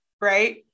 Right